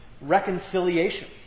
reconciliation